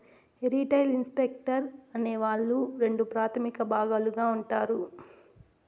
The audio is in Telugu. రిటైల్ ఇన్వెస్టర్ అనే వాళ్ళు రెండు ప్రాథమిక భాగాలుగా ఉంటారు